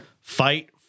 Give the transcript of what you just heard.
fight